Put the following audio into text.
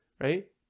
right